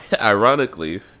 Ironically